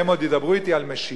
והם עוד ידברו אתי על משילות,